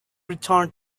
return